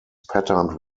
patterned